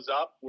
up